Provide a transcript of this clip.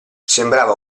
sembrava